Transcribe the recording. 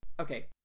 Okay